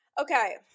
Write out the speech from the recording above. Okay